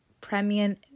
premium